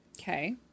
Okay